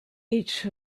each